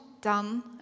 done